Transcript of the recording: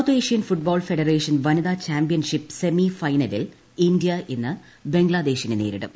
south Asian football federation വനിതാ championship semi ഫൈനലിൽ ഇന്ത്യ ഇന്ന് ബംഗ്ലാദേശിനെ നേരിടും